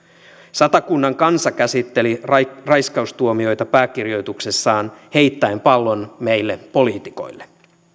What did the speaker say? satakunnan kansa käsitteli raiskaustuomioita pääkirjoituksessaan heittäen pallon meille poliitikoille